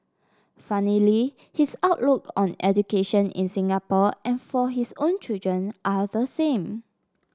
funnily his outlook on education in Singapore and for his own children are the same